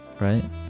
right